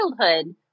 childhood